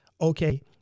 Okay